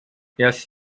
yes